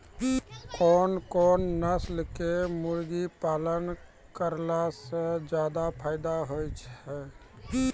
कोन कोन नस्ल के मुर्गी पालन करला से ज्यादा फायदा होय छै?